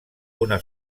una